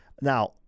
Now